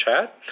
chat